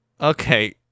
Okay